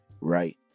right